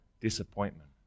disappointment